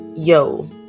Yo